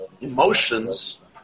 Emotions